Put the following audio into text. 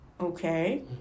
Okay